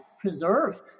preserve